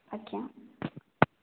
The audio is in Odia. ଆଜ୍ଞା